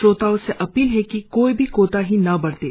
श्रोताओं से अपील है कि कोई भी कोताही न बरतें